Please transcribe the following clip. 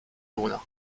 luna